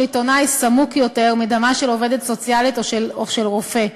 עיתונאי סמוק יותר מדמה של עובדת סוציאלית או מדמו של רופא.